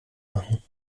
machen